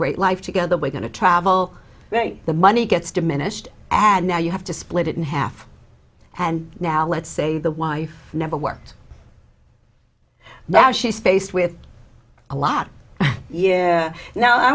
great life together we're going to travel the money gets diminished and now you have to split it in half and now let's say the wife never worked now she's faced with a lot